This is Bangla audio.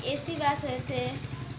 এসি বাস হয়েছে